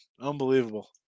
unbelievable